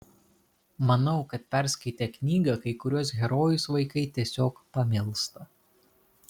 manau kad perskaitę knygą kai kuriuos herojus vaikai tiesiog pamilsta